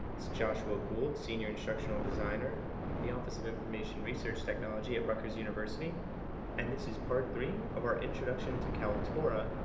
it's joshua gould, senior instructional designer at the office of information research technology at rutgers university and this is part three of our introduction to kaltura,